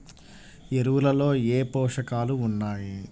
ఎరువులలో ఏ పోషకాలు ఉన్నాయి?